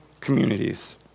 communities